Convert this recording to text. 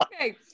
Okay